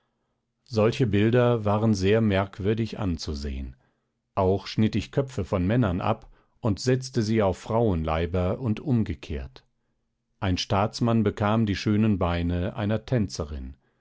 solche bilder waren sehr merkwürdig anzusehen auch schnitt ich köpfe von männern ab und setzte sie auf frauenleiber und umgekehrt ein staatsmann bekam die schönen beine einer tänzerin